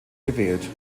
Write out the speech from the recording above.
gewählt